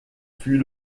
fut